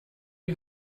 you